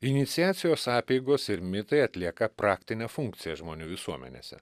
iniciacijos apeigos ir mitai atlieka praktinę funkciją žmonių visuomenėse